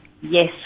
yes